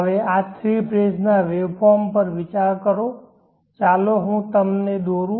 હવે આ three phase ના વેવફોર્મ પર વિચાર કરો ચાલો હું તેમને દોરું